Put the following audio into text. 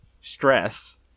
stress